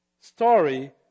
story